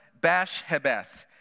Bash-Hebeth